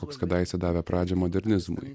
koks kadaise davė pradžią modernizmui